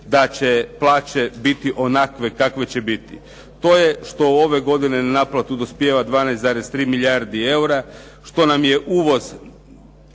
da će plaće biti onakve kakve će biti? To je što ove godine na naplatu dospijeva 12,3 milijardi eura, što nam je uvoz